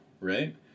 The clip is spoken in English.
right